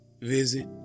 visit